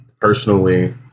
personally